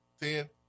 Ten